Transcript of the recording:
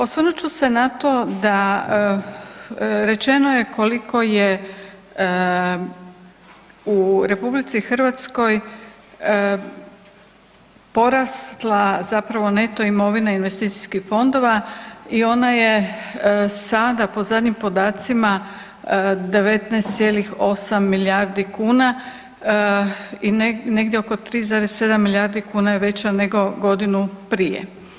Osvrnut ću se na to da rečeno je koliko je u RH porasla neto imovina investicijskih fondova i ona je sada po zadnjim podacima 19,8 milijardi kuna i negdje oko 3,7 milijardi kuna je veća nego godinu prije.